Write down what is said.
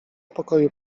pokoju